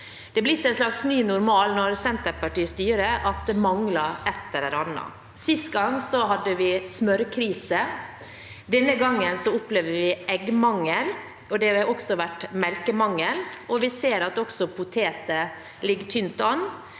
har blitt en slags ny normal når Senterpartiet styrer, at det mangler ett eller annet. Sist gang hadde vi smørkrise, denne gangen opplever vi eggmangel, og det har vært melkemangel. Vi ser at også poteter ligger tynt an.